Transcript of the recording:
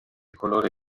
colore